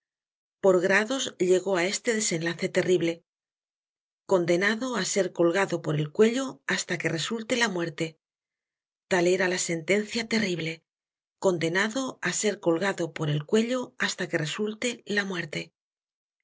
por grados llegó á este desenlace terrible condenado á ser col gado por el cuello hasta que resulte la muerte tal era la sentencia terrible condenado á ser colgado por el cuello hasta que resutte la muerte